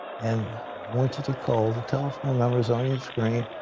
and want you to call. the telephone number is on your screen.